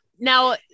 Now